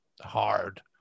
hard